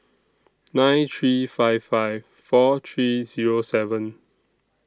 nine three five five four three Zero seven